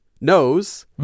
nose